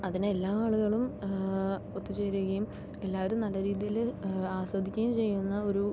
അതിന് എല്ലാ ആളുകളും ഒത്തുചേരുകയും എല്ലാവരും നല്ല രീതിയിൽ ആസ്വദിക്കുകയും ചെയ്യുന്ന ഒരു